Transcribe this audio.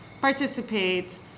participate